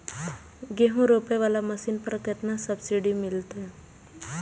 गेहूं रोपाई वाला मशीन पर केतना सब्सिडी मिलते?